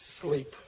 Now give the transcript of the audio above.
Sleep